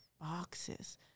boxes